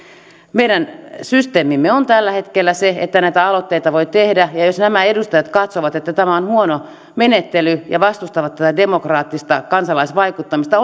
meidän systeemimme on tällä hetkellä se että näitä aloitteita voi tehdä ja jos nämä edustajat katsovat että tämä on huono menettely ja vastustavat tätä demokraattista kansalaisvaikuttamista